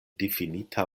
difinita